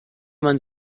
man